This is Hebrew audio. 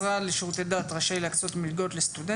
לשירותי דת רשאי להקצות מלגות לסטודנטים"